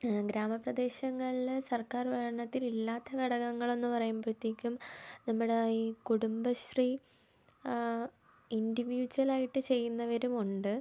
ഗ്രാമപ്രദേശങ്ങളിൽ സർക്കാർ ഇനത്തിൽ ഇല്ലാത്ത ഘടകങ്ങളെന്നു പറയുമ്പോഴ്ത്തേക്കും നമ്മുടെ ഈ കുടുംബശ്രീ ഇൻറ്റിവീജ്വലായിട്ടു ചെയ്യുന്നവരുമുണ്ട്